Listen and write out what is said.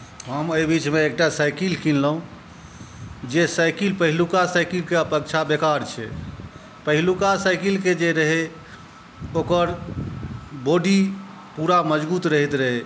हम एहि बीचमे एकटा साइकिल किनलहुँ जे साइकिल पहिलुका साइकिलके अपेक्षा बेकार छै पहिलुका साइकिलके जे रहै ओकर बॉडी पूरा मजबूत रहैत रहै